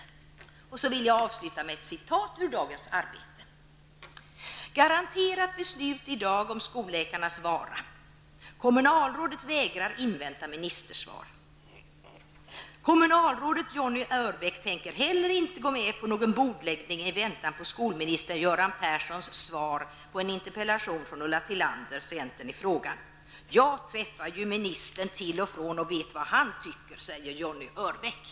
Avslutningsvis vill jag återge en sak som står att läsa i dag i tidningen Arbetet: Garanterat beslut i dag om skolläkarnas vara. Kommunalrådet vägrar invänta ministersvar. Kommunalrådet Johnny Örbäck tänker heller inte gå med på någon bordläggning i väntan på skolminister Göran Jag träffar ju ministern till och från och vet vad han tycker, säger Johnny Örbäck.